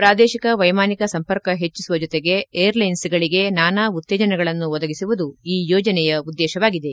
ಪ್ರಾದೇಶಿಕ ವೈಮಾನಿಕ ಸಂಪರ್ಕ ಹೆಚ್ಚಿಸುವ ಜೊತೆಗೆ ಏರ್ಲೈನ್ಸ್ಗಳಿಗೆ ನಾನಾ ಉತ್ತೇಜನಗಳನ್ನು ಒದಗಿಸುವುದು ಈ ಯೋಜನೆಯ ಉದ್ದೇಶವಾಗಿದೆ